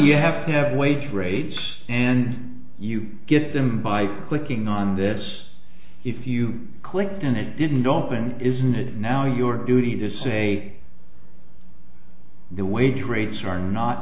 you have to have wage rates and you get them by clicking on this if you clicked and it didn't often isn't it now your duty to say the way the rates are not